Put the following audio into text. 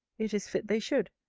it is fit they should.